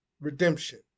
redemption